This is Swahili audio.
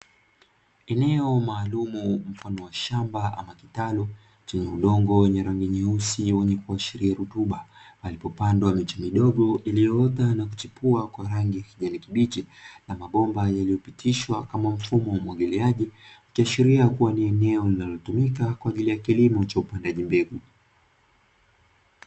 Eneo maalumu mfano wa shamba ama kitalu chenye udongo wenye rangi nyeusi wenye kuashiria rutuba, palipopandwa miche midogo iliyoota na kuchipuwa kwa rangi ya kijani kibichi na mabomba yaliyopitishwa kama mfumo wa umwagiliaji, ikashiria kuwa ni eneo linalotumika kwa ajili ya kilimo cha upandaji mbegu.